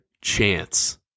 chance